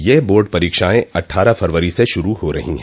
ये बोर्ड परीक्षाएं अट्ठारह फ़रवरी से शुरू हो रही हैं